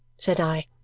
said i.